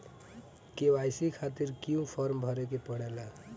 KYC खातिर क्यूं form भरे के पड़ेला?